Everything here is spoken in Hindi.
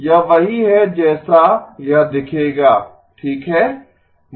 यह वही है जैसा यह दिखेगा ठीक है